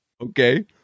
Okay